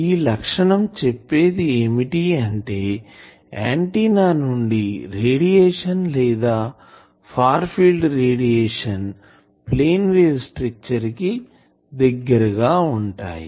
ఈ లక్షణం చెప్పేది ఏమిటంటే ఆంటిన్నా నుండి రేడియేషన్ లేదా far field radiation plane wave structure కి దగ్గర గా ఉంటాయి